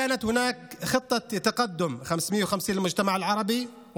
הייתה שם תוכנית פיתוח 550 עבור החברה הערבית,